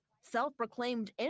self-proclaimed